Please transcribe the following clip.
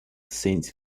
saint